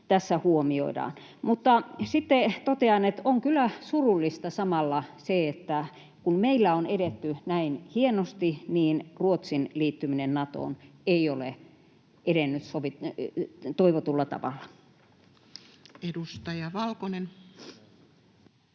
tässä huomioidaan. Mutta sitten totean, että on kyllä surullista samalla se, kun meillä on edetty näin hienosti, että Ruotsin liittyminen Natoon ei ole edennyt toivotulla tavalla. [Speech